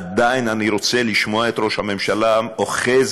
עדיין אני רוצה לשמוע את ראש הממשלה אוחז